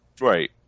right